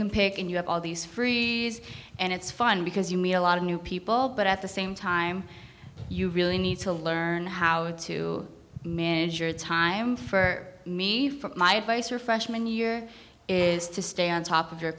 can pick and you have all these free and it's fun because you me a lot of new people but at the same time you really need to learn how to manage your time for me for my advice for freshman year is to stay on top of your